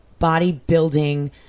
bodybuilding